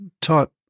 taught